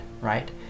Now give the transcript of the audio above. right